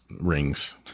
rings